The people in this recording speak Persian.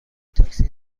تاکسی